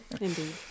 Indeed